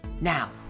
Now